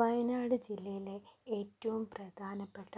വയനാട് ജില്ലയിലെ ഏറ്റവും പ്രധാനപ്പെട്ട